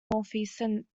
northeastern